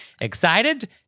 excited